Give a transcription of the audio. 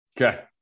Okay